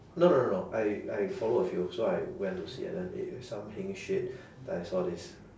no no no no I I follow a few so I went to see and then eh some heng shit that I saw this